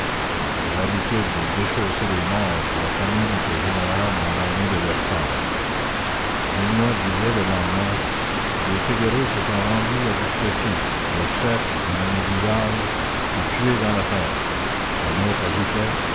de déchausser les morts de la commune était générale dans l'armée de versailles vinoy disait le lendemain les fédérés se sont rendus à discrétion leur chef un nommé duval fut tué dans l'affaire un autre ajoutait